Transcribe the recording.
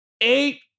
Eight